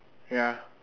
ya